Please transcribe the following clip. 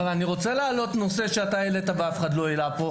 אבל אני רוצה להעלות נושא שאתה העלית ואף אחד לא העלה פה.